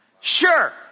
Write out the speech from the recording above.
Sure